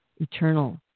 eternal